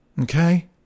Okay